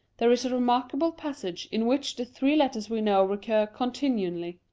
there is a remarkable passage, in which the three letters we know recur continually.